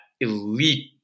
elite